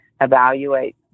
evaluate